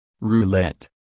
roulette